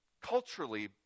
culturally